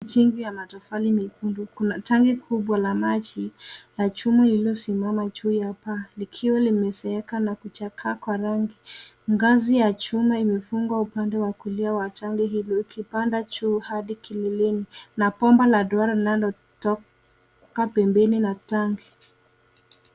Jengo ya matofali nyekundu kuna tangi kubwa la maji na chumba lililosimama juu ya paa likiwa limezeeka na kuchakaa kwa rangi. Ngazi ya chuma imefungwa upande wa kulia wa tangi hilo likipanda juu hadi kileleni na bomba la duara linalotoka pembeni mwa tangi.